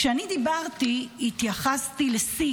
כשאני דיברתי, התייחסתי לשיא